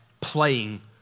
playing